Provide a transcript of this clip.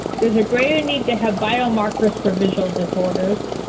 there's a greater need to have biomarkers for visual disorders.